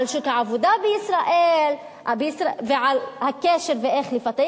על שוק העבודה בישראל ועל הכשל ואיך לפתח.